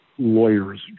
lawyers